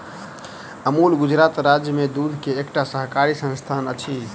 अमूल गुजरात राज्य में दूध के एकटा सहकारी संस्थान अछि